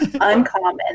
uncommon